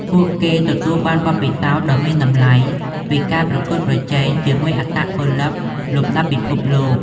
ពួកគេបានទទួលបទពិសោធន៍ដ៏មានតម្លៃពីការប្រកួតប្រជែងជាមួយអត្តពលិកលំដាប់ពិភពលោក។